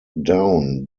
down